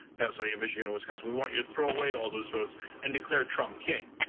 pennsylvania, michigan or wisconsin. we want you to throw away all those votes and declare trump king.